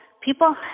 people